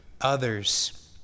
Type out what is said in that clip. others